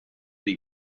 dei